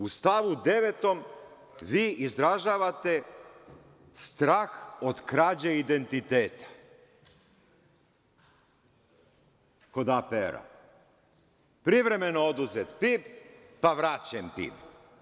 U stavu 9. vi izražavate strah od krađe identiteta kod APR, privremeno oduzet PIB, pa vraćen PIB.